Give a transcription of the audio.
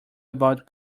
about